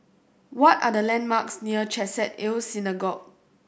what are the landmarks near Chesed El Synagogue